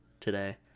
today